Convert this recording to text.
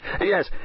Yes